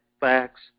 facts